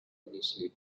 initially